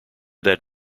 that